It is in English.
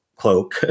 cloak